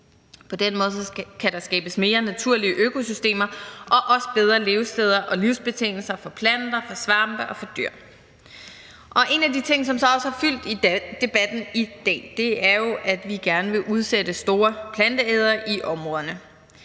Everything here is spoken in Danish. På den måde kan der skabes mere naturlige økosystemer og også bedre levesteder og livsbetingelser for planter, for svampe og for dyr. En af de ting, som så også har fyldt i debatten i dag, er jo, at vi gerne vil udsætte store planteædere i områderne.